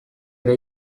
ere